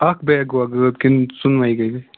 اَکھ بیگ گوٚوا غٲب کِنہٕ ژۅنوَے گٔے